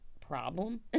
problem